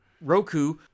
Roku